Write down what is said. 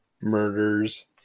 Murders